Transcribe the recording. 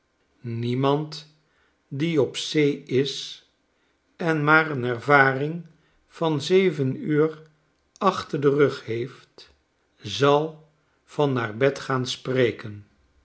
niemand die op zee is en maar een ervaring van zeven uur achter den rug heeft zal van naar bed gaan spreken